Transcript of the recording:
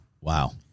Wow